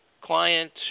client